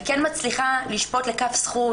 אני כן מצליחה לשפוט לכף זכות,